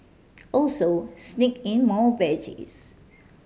also sneak in more veggies